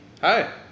Hi